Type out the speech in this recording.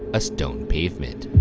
a stove pavement.